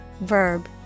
Verb